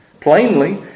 plainly